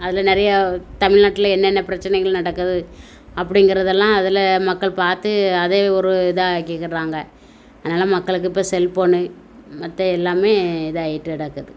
அதில் நிறையா தமிழ்நாட்டில என்னென்ன பிரச்சனைகள் நடக்குது அப்படிங்கிறதெல்லாம் அதில் மக்கள் பார்த்து அத ஒரு இதாக ஆகிக்கிட்றாங்க அதனால் மக்களுக்கு இப்போ செல்போன் மற்ற எல்லாமே இதாகிட்டு கிடக்குது